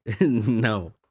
No